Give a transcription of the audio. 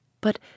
But